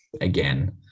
again